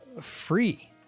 free